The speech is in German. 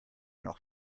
noch